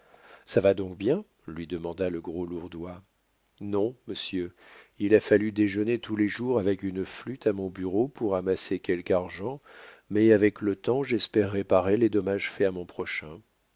ça va donc bien lui demanda le gros lourdois non monsieur il a fallu déjeuner tous les jours avec une flûte à mon bureau pour amasser quelque argent mais avec le temps j'espère réparer les dommages faits à mon prochain